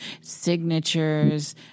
Signatures